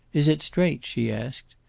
is it straight? she asked.